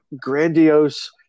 grandiose